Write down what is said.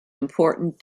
important